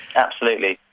absolutely,